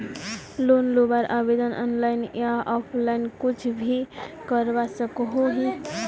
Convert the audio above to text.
Loan लुबार आवेदन online या ऑफलाइन कुछ भी करवा सकोहो ही?